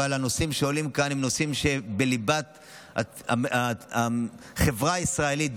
אבל הנושאים שעולים כאן הם נושאים שבליבת החברה הישראלית,